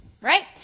right